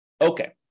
Okay